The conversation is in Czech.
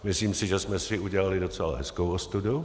Myslím si, že jsme si udělali docela hezkou ostudu.